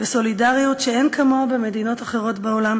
וסולידריות שאין כמוה במדינות אחרות בעולם.